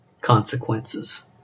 consequences